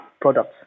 Products